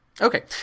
Okay